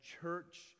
church